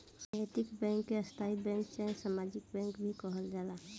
नैतिक बैंक के स्थायी बैंक चाहे सामाजिक बैंक भी कहल जाला